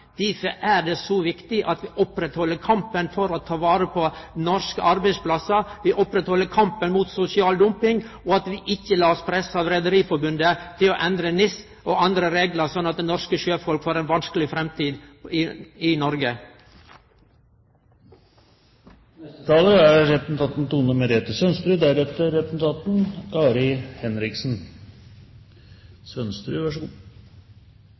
er det så viktig at vi held oppe kampen for å ta vare på norske arbeidsplassar, held oppe kampen mot sosial dumping, og at vi ikkje lèt oss presse av Rederiforbundet til å endre NIS og andre reglar, slik at norske sjøfolk får ei vanskeleg framtid i Noreg. Først en takk til interpellanten for å sette en viktig sak på dagsordenen. Og så